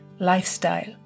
lifestyle